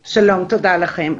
שלום, תודה לכם.